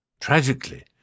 Tragically